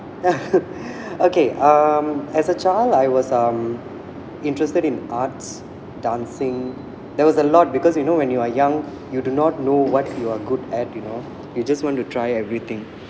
okay um as a child I was um interested in arts dancing there was a lot because you know when you are young you do not know what you are good at you know you just want to try everything